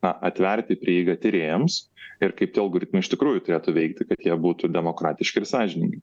na atverti prieigą tyrėjams ir kaip tie algoritmai iš tikrųjų turėtų veikti kad jie būtų demokratiški ir sąžiningi